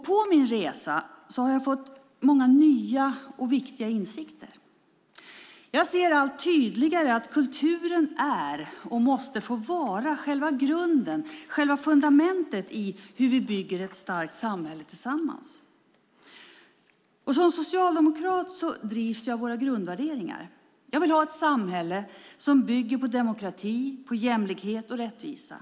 På min resa har jag fått många nya och viktiga insikter. Jag ser allt tydligare att kulturen är, och måste få vara, själva grunden, själva fundamentet, för hur vi bygger ett starkt samhälle tillsammans. Som socialdemokrat drivs jag av våra grundvärderingar. Jag vill ha ett samhälle som bygger på demokrati, jämlikhet och rättvisa.